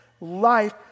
life